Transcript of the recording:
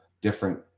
different